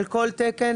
על כל תקן,